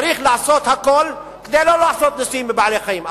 צריך לעשות הכול כדי לא לעשות ניסויים בבעלי-חיים,